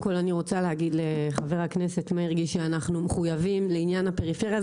חבר הכנסת מרגי, אנחנו מחויבים לעניין הפריפריה.